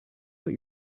what